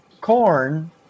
corn